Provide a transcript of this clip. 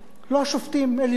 לא שופטים עליונים.